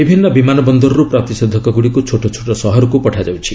ବିଭିନ୍ନ ବିମାନ ବନ୍ଦରରୁ ପ୍ରତିଷେଧକଗୁଡ଼ିକୁ ଛୋଟ ଛୋଟ ସହରକ୍ ପଠାଯାଉଛି